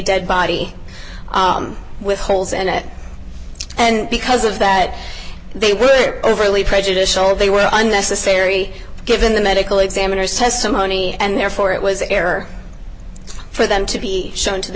dead body with holes in it and because of that they were overly prejudicial they were unnecessary given the medical examiner's testimony and therefore it was error for them to be shown to the